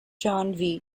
john